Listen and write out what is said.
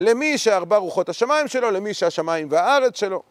למי שארבע רוחות השמיים שלו, למי שהשמיים והארץ שלו.